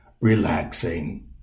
relaxing